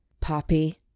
Poppy